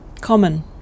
Common